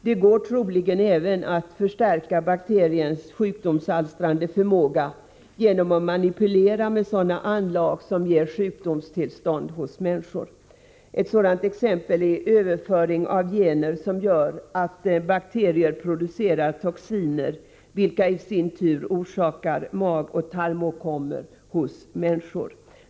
Det går troligen även att förstärka bakteriens sjukdomsalstrande förmåga genom att manipulera med sådana anlag som ger sjukdomstillstånd hos människor. Ett sådant exempel är överföring av gener som gör att bakterier producerar toxiner vilka i sin tur orsakar magoch tarmåkommor hos människor.